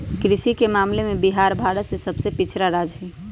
कृषि के मामले में बिहार भारत के सबसे पिछड़ा राज्य हई